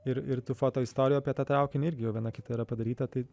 ir ir tų foto istorijų apie tą traukinį irgi jau viena kita yra padaryta tai